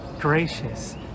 gracious